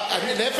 אני,